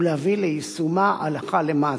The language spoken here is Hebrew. ולהביא ליישומו הלכה למעשה.